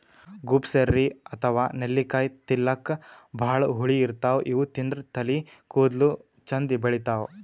gooseberry ಅಥವಾ ನೆಲ್ಲಿಕಾಯಿ ತಿಲ್ಲಕ್ ಭಾಳ್ ಹುಳಿ ಇರ್ತವ್ ಇವ್ ತಿಂದ್ರ್ ತಲಿ ಕೂದಲ ಚಂದ್ ಬೆಳಿತಾವ್